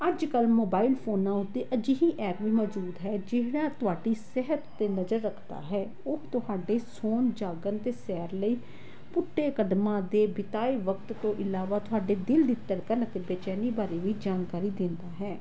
ਅੱਜ ਕੱਲ੍ਹ ਮੋਬਾਈਲ ਫੋਨਾਂ ਉੱਤੇ ਅਜਿਹੀ ਐਪ ਵੀ ਮੌਜੂਦ ਹੈ ਜਿਹੜਾ ਤੁਹਾਡੀ ਸਿਹਤ 'ਤੇ ਨਜ਼ਰ ਰੱਖਦਾ ਹੈ ਉਹ ਤੁਹਾਡੇ ਸੌਣ ਜਾਗਣ ਅਤੇ ਸੈਰ ਲਈ ਪੁੱਟੇ ਕਦਮਾਂ ਦੇ ਬਿਤਾਏ ਵਕਤ ਤੋਂ ਇਲਾਵਾ ਤੁਹਾਡੇ ਦਿਲ ਦੀ ਧੜਕਣ ਅਤੇ ਬੇਚੈਨੀ ਬਾਰੇ ਵੀ ਜਾਣਕਾਰੀ ਦਿੰਦਾ ਹੈ